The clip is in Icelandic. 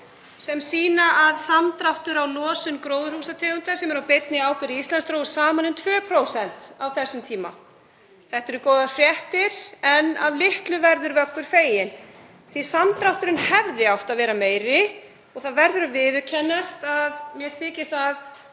sem sýna að losun gróðurhúsalofttegunda sem er á beinni ábyrgð Íslands dróst saman um 2% á þessum tíma. Þetta eru góðar fréttir en litlu verður Vöggur feginn því að samdrátturinn hefði átt að vera meiri. Og það verður að viðurkennast að mér þykir það